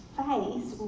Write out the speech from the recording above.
face